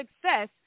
success